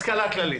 השכלה כללית: